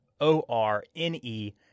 O-R-N-E